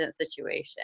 situation